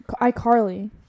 iCarly